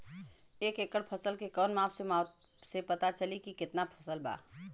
एक एकड़ फसल के कवन माप से पता चली की कितना फल बा?